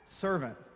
servant